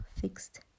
fixed